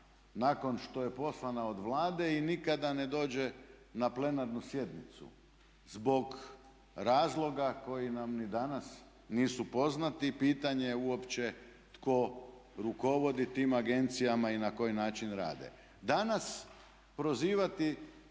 nakon što je poslana od Vlade i nikada ne dođe na plenarnu sjednicu zbog razloga koji nam ni danas nisu poznati. I pitanje je uopće tko rukovodi tim agencijama i na koji način rade. Danas prozivati